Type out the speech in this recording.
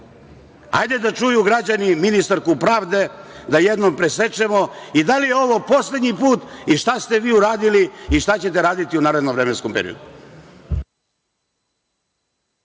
da čuju građani ministarku pravde da jednom presečemo i da li je ovo poslednji put i šta ste vi uradili i šta ćete raditi u narednom vremenskom periodu?